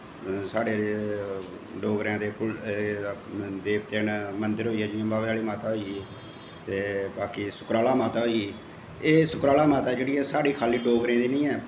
साढ़े डोगरें दे कुल देवते न मंदर होई गेआ जियां बाह्वे आह्ली माता होई गेई ते बाकी सुकराला माता होई गेई एह् सुकराला माता जेह्ड़ी ऐ खा'ल्ली साढ़ी डोगरें दी निं ऐ